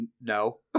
No